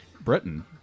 Britain